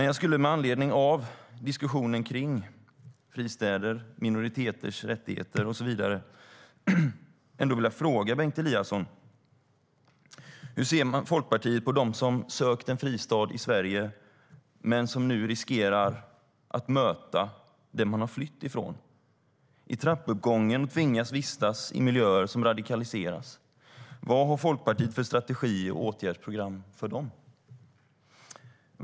Jag skulle med anledning av diskussionen kring fristäder, minoriteters rättigheter och så vidare vilja fråga Bengt Eliasson: Hur ser Folkpartiet på dem som sökt en fristad i Sverige och som nu riskerar att möta det man har flytt ifrån i trappuppgången och tvingas vistas i miljöer som radikaliseras? Vad har Folkpartiet för strategi och åtgärdsprogram för dem?